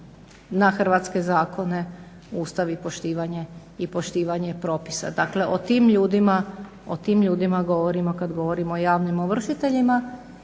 na hrvatske zakone, Ustav i poštivanje propisa. Dakle o tim ljudima govorimo kad govorimo o javnim ovršiteljima.